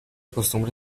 costumbre